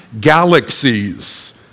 galaxies